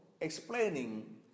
explaining